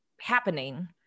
happening